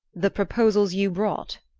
the proposals you brought?